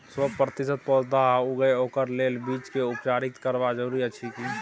सौ प्रतिसत पौधा उगे ओकरा लेल बीज के उपचारित करबा जरूरी अछि की?